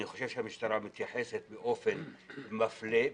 אני חושב שהמשטרה מתייחסת באופן מפלה,